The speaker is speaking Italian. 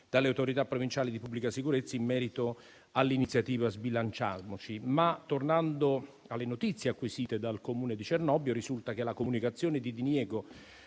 dalle autorità provinciali di pubblica sicurezza in merito all'iniziativa Sbilanciamoci. Tornando però alle notizie acquisite dal Comune di Cernobbio, risulta che la comunicazione di diniego